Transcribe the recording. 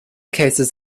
cases